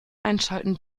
einschalten